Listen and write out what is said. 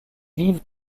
vivent